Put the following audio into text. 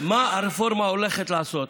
מה הרפורמה הולכת לעשות.